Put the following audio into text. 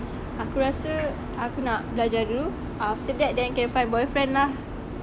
aku rasa aku nak belajar dulu after that then can find boyfriend lah